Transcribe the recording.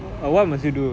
so